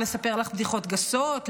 לספר לך בדיחות גסות,